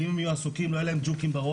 כי אם הם יהיו עסוקים לא יהיו להם ג'וקים בראש,